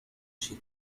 she